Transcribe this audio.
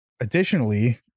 additionally